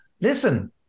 listen